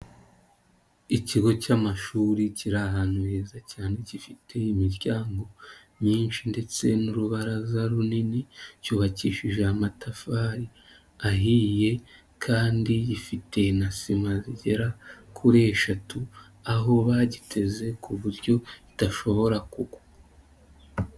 Ikigo cy'amashuri kiri ahantu heza cyane, gifite imiryango myinshi ndetse n'urubaraza runini, cyubakishije amatafari ahiye kandi gifite na sima zigera kuri eshatu, aho bagiteze ku buryo kidashobora kugwa.